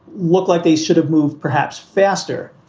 look like they should have moved perhaps faster.